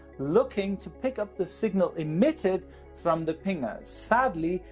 looking to pick up the signal emitted from the pinger. sadly,